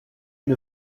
une